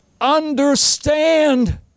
understand